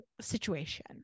situation